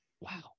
Wow